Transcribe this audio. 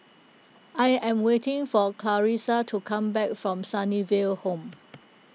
I am waiting for Clarisa to come back from Sunnyville Home